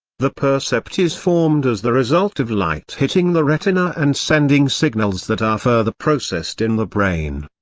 the percept is formed as the result of light hitting the retina and sending signals that are further processed in the brain.